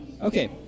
Okay